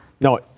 No